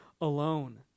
alone